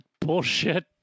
bullshit